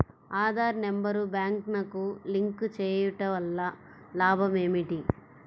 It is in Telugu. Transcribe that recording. ఆధార్ నెంబర్ బ్యాంక్నకు లింక్ చేయుటవల్ల లాభం ఏమిటి?